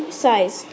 size